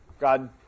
God